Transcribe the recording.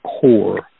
core